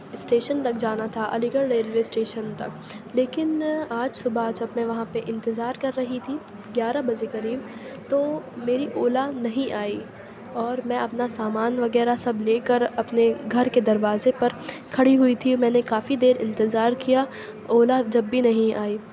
station تک جانا تھا علی گڑھ ریلوے اسٹیشن تک لیکن آج صُبح جب میں وہاں پہ انتظار کر رہی تھی گیارہ بجے قریب تو میری اولا نہیں آئی اور میں اپنا سامان وغیرہ سب لے کر اپنے گھر کے دروازے پر کھڑی ہوئی تھی میں نے کافی دیر انتظار کیا اولا جب بھی نہیں آئی